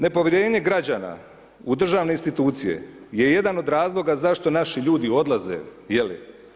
Nepovjerenje građana u državne institucije je jedan od razloga zašto naši ljudi odlaze je li?